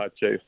Chase